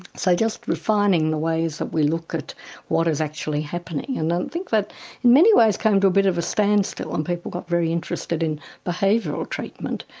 so just refining the ways that we look at what is actually happening and i think that in many ways came to a bit of a standstill when um people got very interested in behavioural treatment.